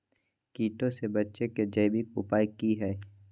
कीटों से बचे के जैविक उपाय की हैय?